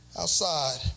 outside